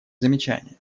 замечания